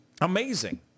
amazing